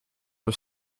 are